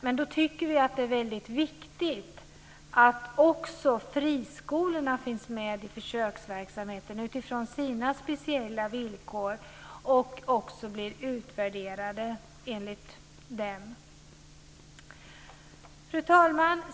Men då tycker vi att det är väldigt viktigt att också friskolorna finns med i försöksverksamheten utifrån sina speciella villkor och också blir utvärderade. Fru talman!